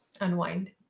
unwind